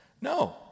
No